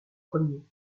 premiers